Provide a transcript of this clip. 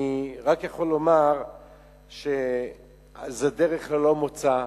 אני רק יכול לומר שזו דרך ללא מוצא.